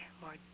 more